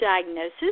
diagnosis